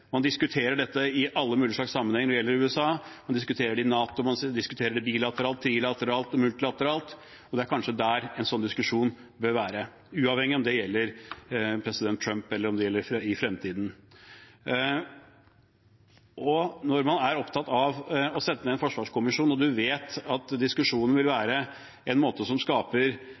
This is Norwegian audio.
alle mulige slags sammenhenger når det gjelder USA. Man diskuterer det i NATO, man diskuterer det bilateralt, trilateralt og multilateralt, og det er kanskje der en sånn diskusjon bør være, uavhengig av om det gjelder president Trump, eller om det gjelder andre i fremtiden. Når man er opptatt av å sette ned en forsvarskommisjon og vet at diskusjonen ikke vil skape en